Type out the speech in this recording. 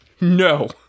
no